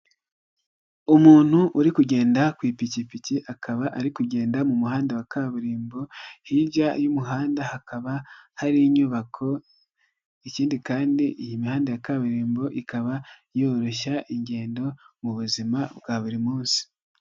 Umuntu uri kugenda ku ipikipiki akaba ari kugenda mu muhanda wa kaburimbo, hirya y'umuhanda hakaba hari inyubako, ikindi kandi iyi mihanda ya kaburimbo, ikaba yoroshya ingendo mu buzima bwa buri munsi.